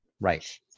Right